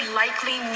likely